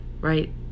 right